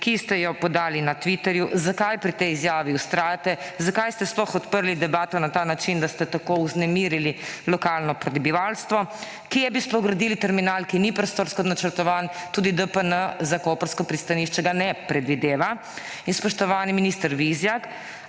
ki ste jo podali na Twitterju? Zakaj pri tej izjavi vztrajate? Zakaj ste sploh odprli debato na ta način, da ste tako vznemirili lokalno prebivalstvo? Kje bi sploh gradili terminal, ki ni prostorsko načrtovan, tudi DPN za koprsko pristanišče ga ne predvideva? In spoštovani minister Vizjak: